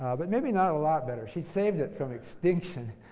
ah but maybe not a lot better. she saved it from extinction,